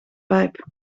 pijp